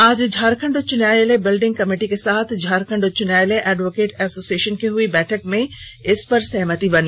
आज झारखंड उच्च न्यायालय बिल्डिंग कमेटी के साथ झारखंड उच्च न्यायालय एडवोकेट एसोसिएशन की हुई बैठक में इस पर सहमति बनी